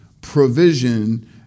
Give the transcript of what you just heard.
provision